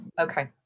okay